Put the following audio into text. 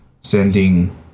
sending